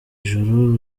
ijuru